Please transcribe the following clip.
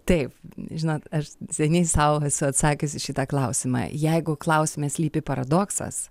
taip žinot aš seniai sau esu atsakęs į šitą klausimą jeigu klausime slypi paradoksas